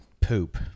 poop